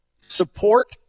support